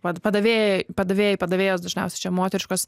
pad padavėjai padavėjai padavėjos dažniausiai čia moteriškos